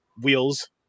Wheels